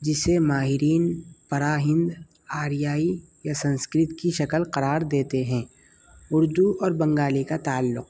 جسے ماہرین پراہند آریائی یا سنسکرت کی شکل قرار دیتے ہیں اردو اور بنگالی کا تعلق